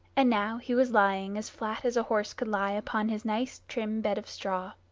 and now he was lying as flat as a horse could lie upon his nice trim bed of straw.